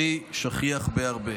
מימושן שכיח בהרבה,